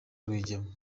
rwigema